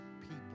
people